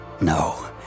No